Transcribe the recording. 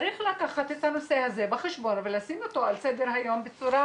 צריך לקחת את הנושא הזה בחשבון ולשים אותו על סדר-היום בצורה